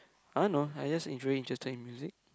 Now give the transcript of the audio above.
I don't know I just am truly interested music